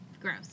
Gross